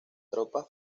tropas